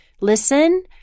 listen